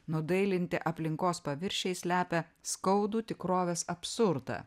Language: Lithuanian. nudailinti aplinkos paviršiai slepia skaudų tikrovės absurdą